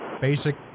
basic